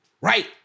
right